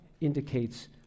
indicates